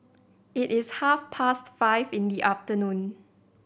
it is half past five in the afternoon